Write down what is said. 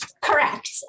Correct